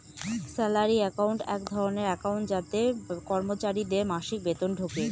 salary account এক ধরনের account যাতে কর্মচারীদের মাসিক বেতন ঢোকে